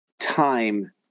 time